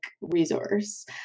resource